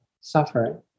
suffering